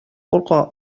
курка